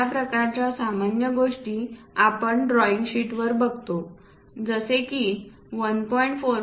अशा प्रकारच्या सामान्य गोष्टी आपण ड्रॉईंग शीट वर बघतो जसे की 1